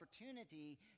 opportunity